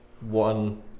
one